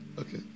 Okay